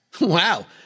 Wow